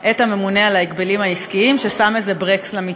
את הממונה על ההגבלים העסקיים ששם איזה ברקס למתווה.